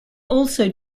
also